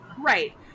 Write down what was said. Right